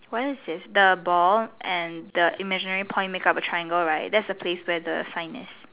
where is this the ball and the imaginary point make up a triangle right that's the place where the sign is